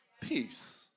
peace